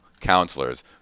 counselors